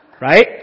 Right